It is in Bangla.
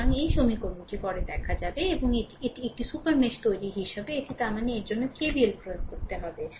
সুতরাং এটি সমীকরণটি পরে দেখা যাবে এবং এটি এটি একটি সুপার মেশ তৈরির হিসাবে এটি তার মানে এর জন্য KVL প্রয়োগ করতে হবে